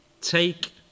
take